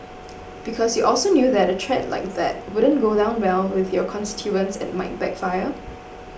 because you also knew that a threat like that wouldn't go down well with your constituents and might backfire